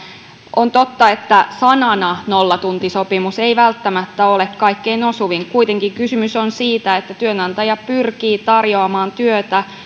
on totta että sanana nollatuntisopimus ei välttämättä ole kaikkein osuvin kuitenkin kysymys on siitä että työnantaja pyrkii tarjoamaan työtä